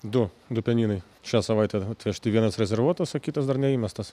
du du pianinai šią savaitę atvežti vienas rezervuotas o kitas dar neįmestas